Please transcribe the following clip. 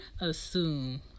assume